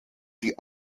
die